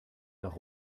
nach